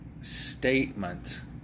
statement